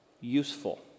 useful